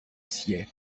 sied